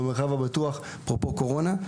במרחב הבטוח אפרופו קורונה.